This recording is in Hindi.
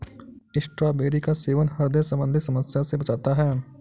स्ट्रॉबेरी का सेवन ह्रदय संबंधी समस्या से बचाता है